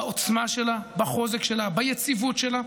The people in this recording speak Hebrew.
בעוצמה שלה, בחוזק שלה, ביציבות שלה,